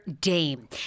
Dame